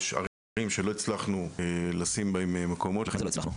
יש ערים שלא הצלחנו למצוא מקום --- מה זה "לא הצלחנו"?